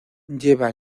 lleva